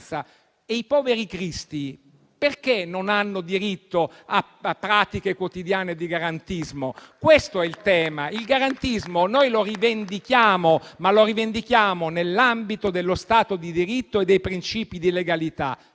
E i poveri cristi perché non hanno diritto a pratiche quotidiane di garantismo? Questo è il tema. Il garantismo noi lo rivendichiamo, ma lo rivendichiamo nell'ambito dello Stato di diritto e dei princìpi di legalità